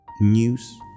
News